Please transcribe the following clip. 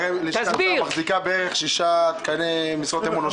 הרי לשכת שר מחזיקה בערך שישה או שבעה תקני משרות אמון.